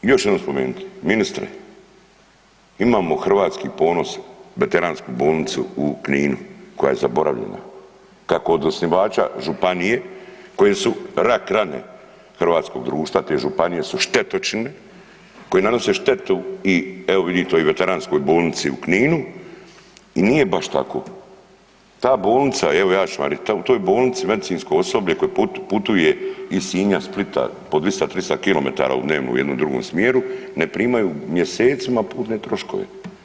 Još ću jednom spomenut, ministre imamo Hrvatski ponos veteransku bolnicu u Kninu koja je zaboravljena kako od osnivača županije koje su rak rane hrvatskog društva, te županije su štetočine, koje nanose štetu i evo vidite Veteranskoj bolnici u Kninu i nije baš tako, ta bolnice, evo ja ću vam reći u toj bolnici medicinsko osoblje koje putuje iz Sinja, Splita po 200, 300 km dnevno u jednom i drugom smjeru ne primaju mjesecima putne troškove.